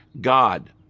God